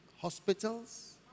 hospitals